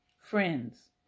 Friends